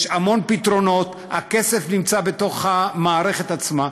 יש המון פתרונות, הכסף נמצא בתוך המערכת עצמה.